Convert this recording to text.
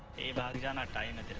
by diana diana